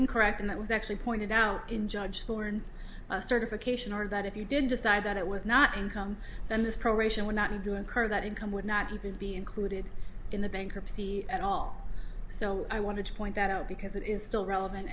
incorrect and that was actually pointed now in judge florins certification or that if you did decide that it was not income then this proration were not and do incur that income would not even be included in the bankruptcy at all so i want to point that out because it is still relevant